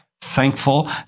Thankful